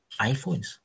iPhones